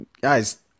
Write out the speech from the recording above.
Guys